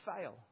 fail